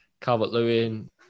Calvert-Lewin